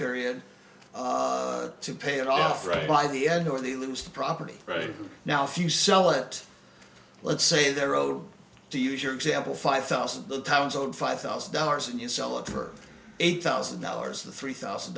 period to pay it off right by the end or they lose the property right now if you sell it let's say they're over to use your example five thousand times on five thousand dollars and you sell it for eight thousand dollars to three thousand